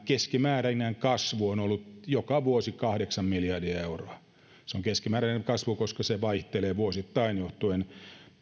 keskimääräinen kasvu on ollut joka vuosi kahdeksan miljardia euroa se on keskimääräinen kasvu koska se vaihtelee vuosittain johtuen